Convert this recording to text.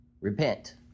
Repent